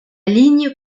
ligne